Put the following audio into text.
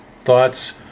thoughts